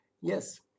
Yes